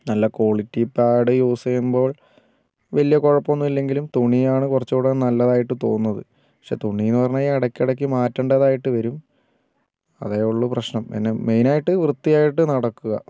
നല്ല quality pad use ചെയ്യുമ്പോൾ വലിയ കുഴപ്പം ഒന്നും ഇല്ലെങ്കിലും തുണിയാണ് കുറച്ചുകൂടി നല്ലതായിട്ടു തോന്നുന്നത് പക്ഷേ തുണിയെന്ന് പറഞ്ഞു കഴിഞ്ഞാൽ ഇടക്കിടയ്ക്ക് മാറ്റേണ്ടതായിട്ട് വരും അതേ ഉളളൂ പ്രശ്നം പിന്നെ മെയിൻ ആയിട്ട് വൃത്തിയായിട്ട് നടക്കുക